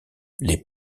les